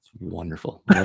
Wonderful